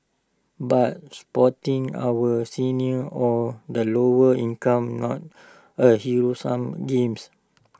but supporting our seniors or the lower income on A sum games